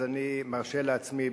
אז אני מרשה לעצמי,